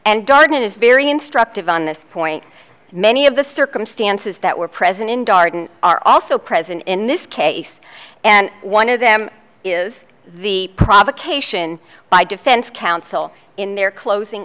and darden is very instructive on this point many of the circumstances that were present in darden are also present in this case and one of them is the provocation by defense counsel in their closing